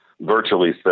virtually